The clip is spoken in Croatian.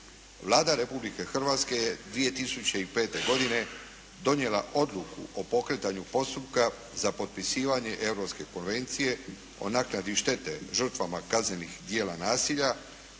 Vlada Republike Hrvatske je 2005. godine donijela odluku o pokretanju postupka za potpisivanje Europske konvencije o naknadi štete žrtvama kaznenih djela nasilja